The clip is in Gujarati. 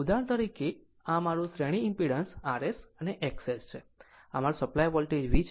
ઉદાહરણ તરીકે આ મારી શ્રેણી ઈમ્પીડન્સ rs અને XS છે અને આ મારો સપ્લાય વોલ્ટેજ V છે